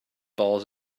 balls